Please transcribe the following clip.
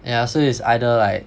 yeah so it's either like